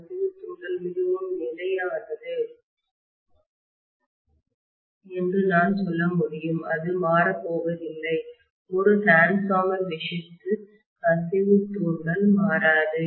கசிவு தூண்டல்இண்டக்டன்ஸ் மிகவும் நிலையானது என்று நான் சொல்ல முடியும் அது மாறப்போவதில்லை ஒரு டிரான்ஸ்பார்மர் விஷயத்தில் கசிவு தூண்டல்இண்டக்டன்ஸ் மாறாது